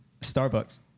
Starbucks